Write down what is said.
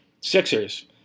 Sixers